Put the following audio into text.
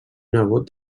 nebot